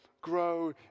grow